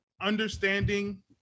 understanding